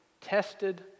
tested